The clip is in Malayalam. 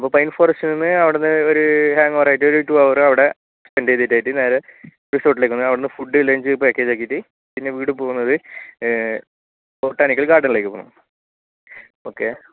അപ്പോൾ പൈൻ ഫോറെസ്റ്റ് നിന്ന് അവിടെ നിന്ന് ഒരു ഹാങ്ങ്ഓവറായിട്ട് ഒരു ടൂ അവർ അവിടെ സ്പെൻഡ് ചെയ്തിട്ട് ആയിട്ട് നേരെ റിസോർട്ടിലേക്ക് വന്നു അവിടെ നിന്ന് ഫുഡ് ലഞ്ച് പാക്കേജ് ആക്കിയിട്ട് പിന്നെ വീണ്ടും പോകുന്നത് ബൊട്ടാണിക്കൽ ഗാർഡനിലേക്ക് പോകണം ഓക്കെ